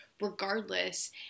regardless